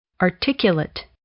articulate